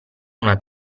una